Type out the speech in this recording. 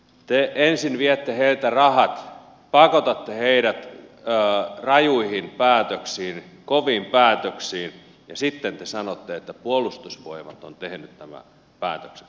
te ensin viette heiltä rahat pakotatte heidät rajuihin päätöksiin koviin päätöksiin ja sitten te sanotte että puolustusvoimat on tehnyt nämä päätökset